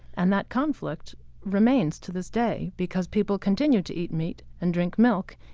and that conflict remains to this day because people continue to eat meat and drink milk,